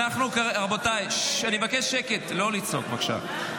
רבותיי, אני מבקש שקט, לא לצעוק, בבקשה.